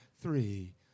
Three